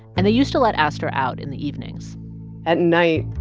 and they used to let astor out in the evenings at night,